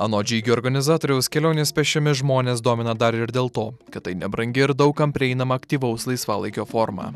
anot žygio organizatoriaus kelionės pėsčiomis žmones domina dar ir dėl to kad tai nebrangi ir daug kam prieinama aktyvaus laisvalaikio forma